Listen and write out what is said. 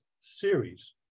series